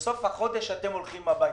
בסוף החודש אתם הולכים הביתה.